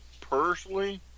personally